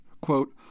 Quote